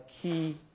key